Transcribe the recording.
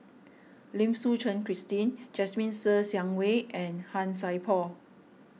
Lim Suchen Christine Jasmine Ser Xiang Wei and Han Sai Por